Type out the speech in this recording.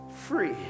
Free